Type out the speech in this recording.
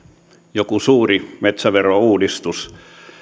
joku suuri metsäverouudistus